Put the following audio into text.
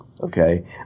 Okay